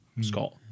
Scott